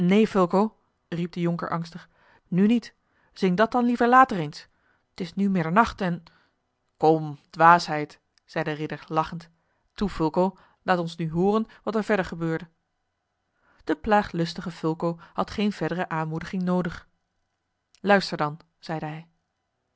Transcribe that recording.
riep de jonker angstig nu niet zing dat dan liever later eens t is nu middernacht en kom dwaasheid zei de ridder lachend toe fulco laat ons nu hooren wat er verder gebeurde de plaaglustige fulco had geen verdere aanmoediging noodig luister dan zeide hij